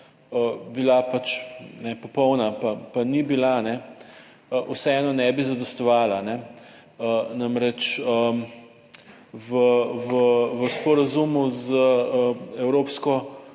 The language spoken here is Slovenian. bila pač ne popolna, pa ni bila, vseeno ne bi zadostovala. Namreč v sporazumu z Evropsko